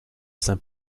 saint